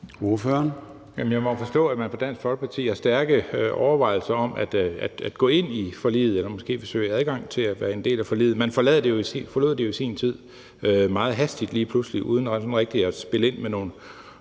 Jeg må forstå, at man fra Dansk Folkepartis side har stærke overvejelser om at gå ind i forliget eller måske vil søge adgang til at være en del af forliget. Man forlod det jo i sin tid meget hastigt lige pludselig uden rigtig at spille ind med nogen